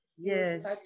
Yes